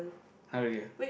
har really ah